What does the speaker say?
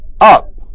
up